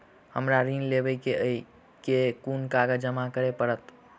हमरा ऋण लेबै केँ अई केँ कुन कागज जमा करे पड़तै?